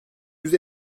yüz